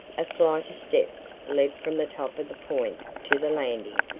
a flight of steps led from the top of the point to the landing,